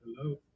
Hello